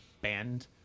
banned